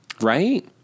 Right